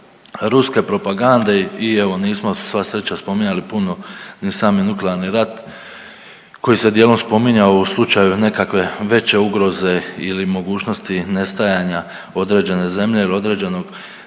ruske propagande i evo nismo sva sreća spominjali puno ni sami nuklearni rat koji se dijelom spominjao u slučaju nekakve veće ugroze ili mogućnosti nestajanja određene zemlje ili određenog